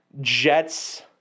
Jets